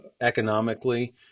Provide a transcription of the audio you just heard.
economically